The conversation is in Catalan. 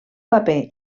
paper